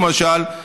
למשל,